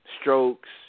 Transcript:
strokes